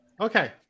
Okay